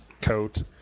coat